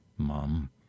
Mom